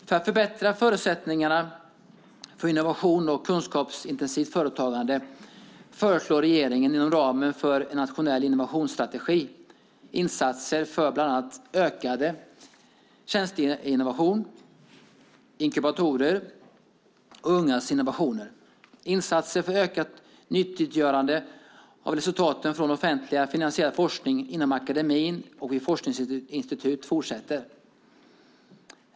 För att förbättra förutsättningarna för innovation och kunskapsintensivt företagande föreslår regeringen inom ramen för en nationell innovationsstrategi insatser för bland annat ökad tjänsteinnovation, inkubatorer och ungas innovationer. Insatserna för att öka nyttiggörandet av resultaten från offentligt finansierad forskning inom akademin och vid forskningsinstitut fortsätter.